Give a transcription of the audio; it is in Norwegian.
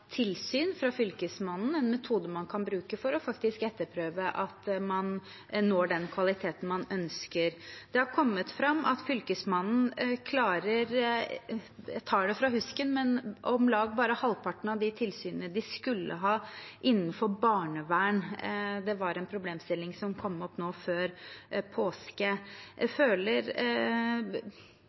tilsyn fra Fylkesmannen en metode man kan bruke for faktisk å etterprøve at man når den kvaliteten man ønsker. Det har kommet fram at Fylkesmannen klarer – dette tar jeg fra husken – bare om lag halvparten av de tilsynene de skulle ha innenfor barnevern. Det var en problemstilling som kom opp nå før påske.